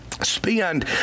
spend